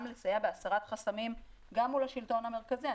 לסייע בהסרת חסמים גם מול השלטון המרכזי,